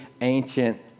ancient